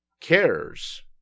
cares